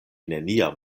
neniam